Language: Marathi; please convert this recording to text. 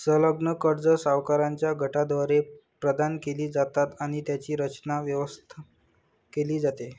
संलग्न कर्जे सावकारांच्या गटाद्वारे प्रदान केली जातात आणि त्यांची रचना, व्यवस्था केली जाते